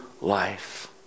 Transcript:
life